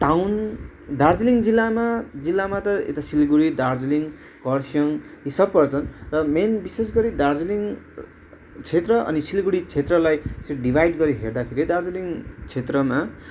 town Darjeeling जिल्लामा जिल्लामा त यता सिलगढी दार्जिलिङ खरसाङ यी सब पर्छन् र मेन विशेष गरी दार्जिलिङ क्षेत्र अनि सिलगढी क्षेत्रलाई यसरी डिभाइड गरेर हेर्दाखेरि दार्जिलिङ क्षेत्रमा